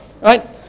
Right